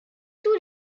tous